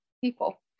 people